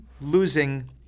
losing